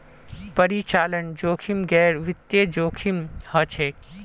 परिचालन जोखिम गैर वित्तीय जोखिम हछेक